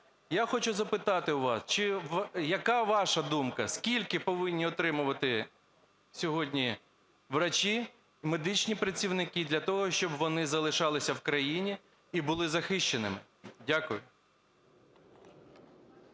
Я хочу запитати у вас, яка ваша думка, скільки повинні отримувати сьогодні лікарі, медичні працівники для того, щоб вони залишалися в країні і були захищеними? Дякую.